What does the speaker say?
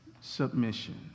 submission